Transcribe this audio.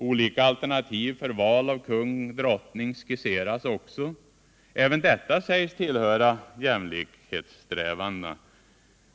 Olika alternativ för val av kung/drottning skisseras också. Även detta sägs tillhöra jämlikhetssträvandena!